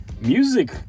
music